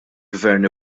gvern